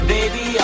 Baby